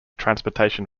transportation